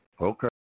Okay